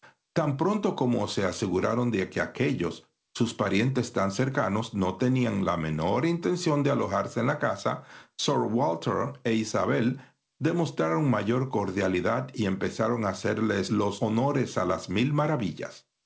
tan pronto como se aseguraron de que aquéllos sus parientes tan cercanos no tenían la menor intención de alojarse en la casa sir walter e isabel demostraron mayor cordialidad y empezaron a hacerles los honores a las mil maravillas